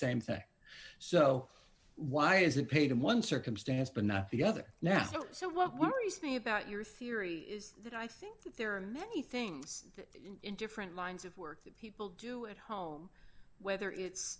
same thing so why is it paid in one circumstance but not the other now so what worries me about your theory is that i think that there are many things in different lines of work that people do at home whether it's